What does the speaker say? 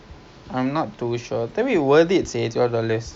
basic ah seh